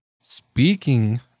Speaking